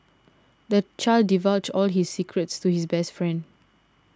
the child divulged all his secrets to his best friend